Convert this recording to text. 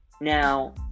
now